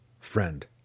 Friend